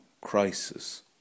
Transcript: crisis